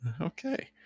Okay